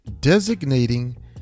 Designating